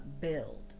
build